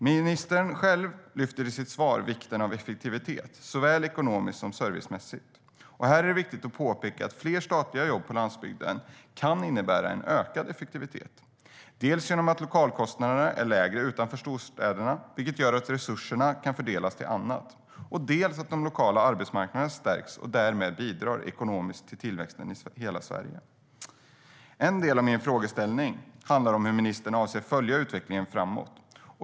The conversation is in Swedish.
Statsrådet lyfter själv i sitt svar vikten av effektivitet, såväl ekonomiskt som servicemässigt. Här är det viktigt att påpeka att fler statliga jobb på landsbygden kan innebära en ökad effektivitet. Dels är lokalkostnaderna lägre utanför storstäderna, vilket gör att resurserna kan fördelas till annat, dels stärks de lokala arbetsmarknaderna, varigenom man bidrar ekonomiskt till tillväxten i hela Sverige. En del av min frågeställning handlar om hur ministern avser att följa utvecklingen framåt.